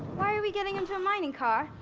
why are we getting into a mining car?